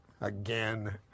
again